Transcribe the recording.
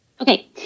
Okay